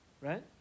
Right